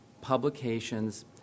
publications